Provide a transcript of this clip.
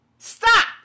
Stop